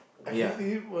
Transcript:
yeah